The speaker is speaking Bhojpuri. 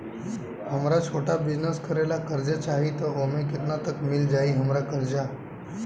हमरा छोटा बिजनेस करे ला कर्जा चाहि त ओमे केतना तक मिल जायी हमरा कर्जा?